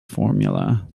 formula